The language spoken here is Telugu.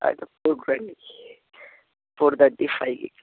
అయితే ఫోర్కి రండి ఫోర్ థర్టీ ఫైవ్